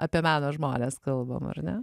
apie meno žmonės kalbam ar ne